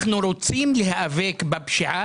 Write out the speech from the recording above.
אנחנו רוצים להיאבק בפשיעה,